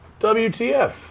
WTF